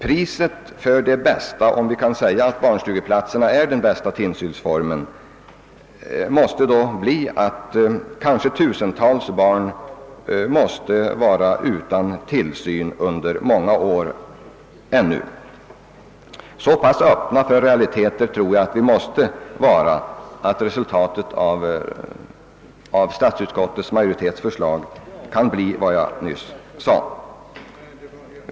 Priset för det bästa — om vi kan säga att barnstugeplatserna är den bästa tillsynsformen i alla kommuner — måste då bli att tusentals barn blir utan tillsyn kanske under ännu många år. Så pass öppna för realiteter tror jag att vi måste vara, att vi erkänner att resultatet av statsutskottets majoritets förslag blir vad jag nyss sade.